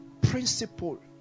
principle